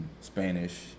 Spanish